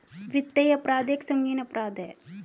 वित्तीय अपराध एक संगीन अपराध है